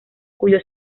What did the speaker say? cuyo